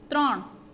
ત્રણ